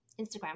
Instagram